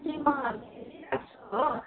हो